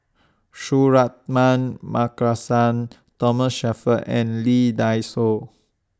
Suratman Markasan Thomas Shelford and Lee Dai Soh